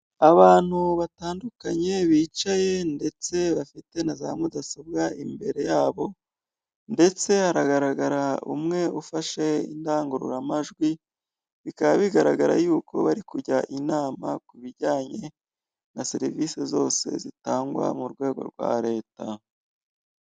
Abantu batandukanye bicaye ndetse bafite na za mudasobwa imbere yabo, ndetse hagaragara umwe ufashe indangururamajwi bikaba bigaragara yuko bari kujya inama, ku bijyanye na serivisi zose zitangwa mu rwego rwa leta.